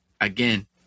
again